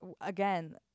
again